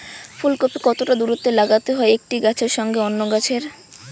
ফুলকপি কতটা দূরত্বে লাগাতে হয় একটি গাছের সঙ্গে অন্য গাছের?